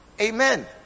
Amen